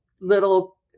little